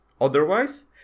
otherwise